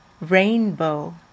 rainbow